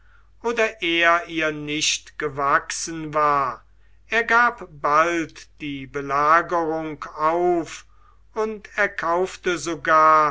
oder er ihr nicht gewachsen war er gab bald die belagerung auf und erkaufte sogar